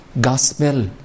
gospel